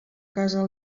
casa